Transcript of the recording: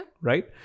right